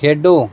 ਖੇਡੋ